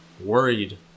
worried